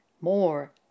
more